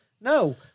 No